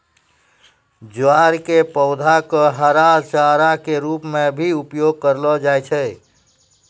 ज्वार के पौधा कॅ हरा चारा के रूप मॅ भी उपयोग करलो जाय छै